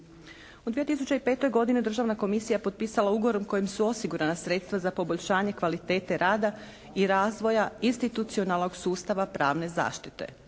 U 2005. godini državna komisija je potpisala ugovor kojim su osigurana sredstva za poboljšanje kvalitete rada i razvoja institucionalnog sustava pravne zaštite.